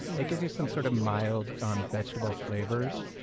it gives you some sort of mild um vegetable flavors.